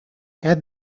add